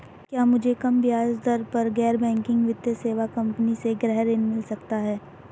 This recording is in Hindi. क्या मुझे कम ब्याज दर पर गैर बैंकिंग वित्तीय सेवा कंपनी से गृह ऋण मिल सकता है?